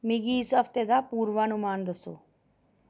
मिगी इस हफ्ते दा पूर्वानुमान दस्सो